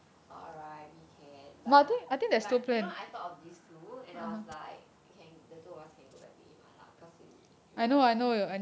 alright we can but but you know I thought of this too and I was like you can the two of us can go back to eat mala cause we you know